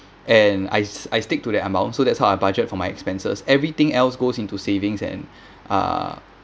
and I I stick to the amount so that's how I budget for my expenses everything else goes into savings and uh